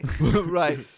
Right